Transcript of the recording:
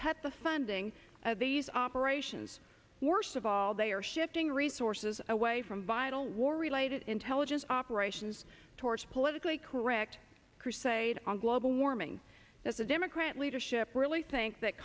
cut the funding of these operations worst of all they are shifting resources away from vital war related intelligence operations towards politically correct crusade on global warming as a democrat leadership really i think that